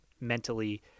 mentally